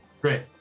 Great